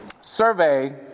survey